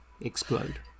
explode